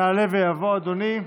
יעלה ויבוא אדוני.